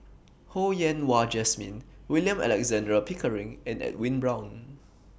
Ho Yen Wah Jesmine William Alexander Pickering and Edwin Brown